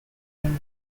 only